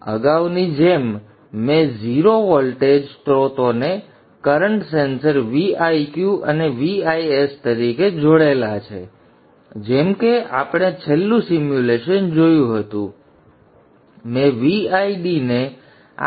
અને અગાઉની જેમ મેં 0 વોલ્ટેજ સ્ત્રોતોને કરન્ટ સેન્સર Viq અને Vis તરીકે જોડ્યા છે જેમ કે આપણે છેલ્લું સિમ્યુલેશન જોયું હતું અને મેં Vid ને